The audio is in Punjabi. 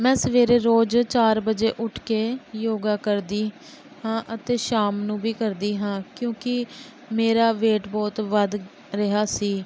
ਮੈਂ ਸਵੇਰੇ ਰੋਜ਼ ਚਾਰ ਵਜੇ ਉੱਠ ਕੇ ਯੋਗਾ ਕਰਦੀ ਹਾਂ ਅਤੇ ਸ਼ਾਮ ਨੂੰ ਵੀ ਕਰਦੀ ਹਾਂ ਕਿਉਂਕਿ ਮੇਰਾ ਵੇਟ ਬਹੁਤ ਵੱਧ ਰਿਹਾ ਸੀ